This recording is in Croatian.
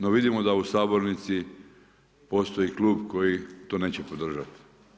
No vidimo da u sabornici postoji klub koji to neće podržati.